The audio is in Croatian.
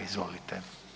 Izvolite.